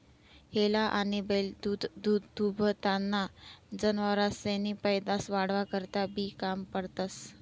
हेला आनी बैल दूधदूभताना जनावरेसनी पैदास वाढावा करता बी काम पडतंस